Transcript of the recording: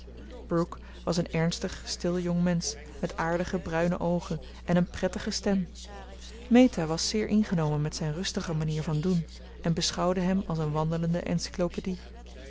brooke was een ernstig stil jongmensch met aardige bruine oogen en eene prettige stem meta was zeer ingenomen met zijn rustige manier van doen en beschouwde hem als een wandelende encyclopedie